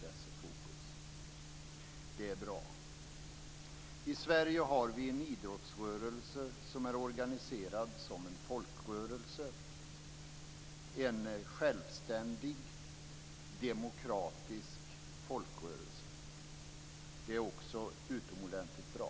Det är bra. I Sverige har vi en idrottsrörelse som är organiserad som en folkrörelse, en självständig, demokratisk folkrörelse. Det är också utomordentligt bra.